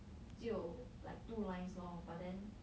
就 like two lines lor but then